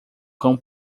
cão